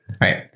Right